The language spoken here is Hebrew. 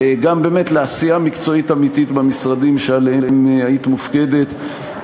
גם באמת לעשייה מקצועית אמיתית במשרדים שעליהם היית מופקדת.